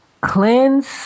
Cleanse